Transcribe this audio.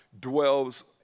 dwells